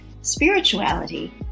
spirituality